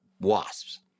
wasps